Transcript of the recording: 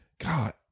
God